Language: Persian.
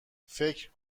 فکر